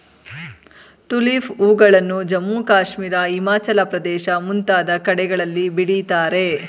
tulip ಹೂಗಳನ್ನು ಜಮ್ಮು ಕಾಶ್ಮೀರ, ಹಿಮಾಚಲ ಪ್ರದೇಶ ಮುಂತಾದ ಕಡೆಗಳಲ್ಲಿ ಬೆಳಿತಾರೆ